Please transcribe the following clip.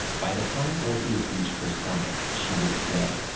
by the time orpheus reached her side, she was dead,